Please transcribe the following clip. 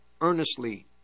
earnestly